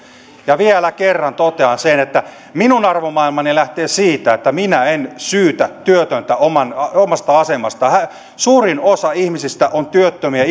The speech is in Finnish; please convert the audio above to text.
ja vielä kerran totean sen että minun arvomaailmani lähtee siitä että minä en syytä työtöntä tämän omasta asemasta suurin osa ihmisistä on työttömiä